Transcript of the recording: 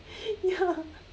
ya